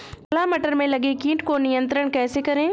छोला मटर में लगे कीट को नियंत्रण कैसे करें?